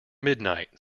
midnight